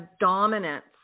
dominance